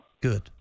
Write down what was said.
Good